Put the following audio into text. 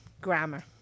grammar